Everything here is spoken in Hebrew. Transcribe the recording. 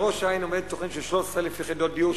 בראש-העין עומדת תוכנית של 13,000 יחידות דיור,